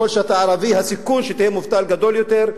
אם אתה ערבי הסיכון שתהיה מובטל גדול יותר,